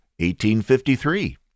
1853